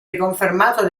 riconfermato